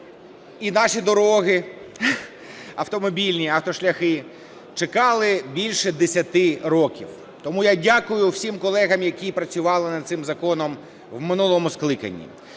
і наші дороги автомобільні, автошляхи чекали більше 10 років. Тому я дякую всім колегам, які працювали над цим законом в минулому скликанні.